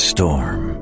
Storm